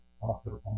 author